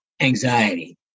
anxiety